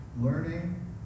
learning